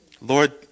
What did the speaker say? Lord